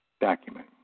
document